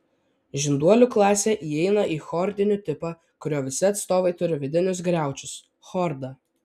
žinduolių klasė įeina į chordinių tipą kurio visi atstovai turi vidinius griaučius chordą